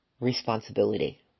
responsibility